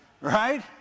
Right